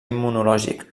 immunològic